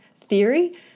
theory